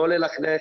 לא ללכלך,